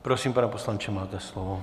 Prosím, pane poslanče, máte slovo.